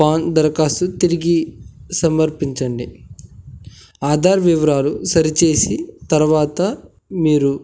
pan దరఖాస్తు తిరిగి సమర్పించండి ఆధార్ వివరాలు సరిచేసి తర్వాత మీరు